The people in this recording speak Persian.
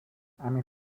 عمیق